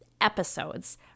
episodes